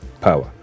power